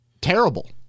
terrible